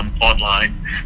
online